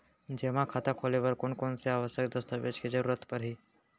जेमा खाता खोले बर कोन कोन से आवश्यक दस्तावेज के जरूरत परही?